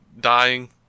dying